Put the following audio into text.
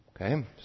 Okay